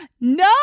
No